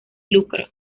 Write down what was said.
lucro